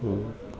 ହୁଁ